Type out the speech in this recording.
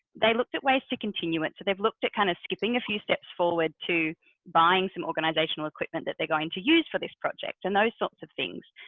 they looked at ways to continue it. so they've looked at kind of skipping a few steps forward to buying some organizational equipment that they're going to use for this project and those sorts of things.